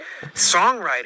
songwriter